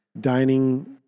dining